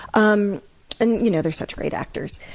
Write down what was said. um and, you know, they're such great actors.